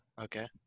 Okay